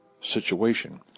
situation